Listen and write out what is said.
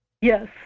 Yes